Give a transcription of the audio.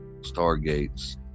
stargates